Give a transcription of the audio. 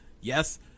Yes